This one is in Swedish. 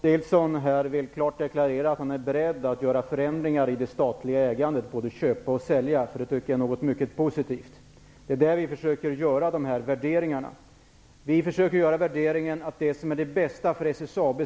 Herr talman! Jag är glad över att Rolf Nilson här klart deklarerar att han är beredd att acceptera förändringar i det statliga ägandet -- både köp och försäljning. Det tycker jag är något mycket positivt. Vi försöker göra sådana värderingar. Vi har inställningen att vi skall göra det som är bäst för SSAB.